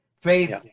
Faith